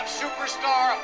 superstar